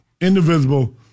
indivisible